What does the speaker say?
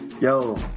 Yo